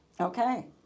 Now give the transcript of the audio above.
Okay